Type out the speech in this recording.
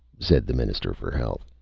said the minister for health.